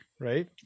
Right